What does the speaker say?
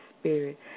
spirit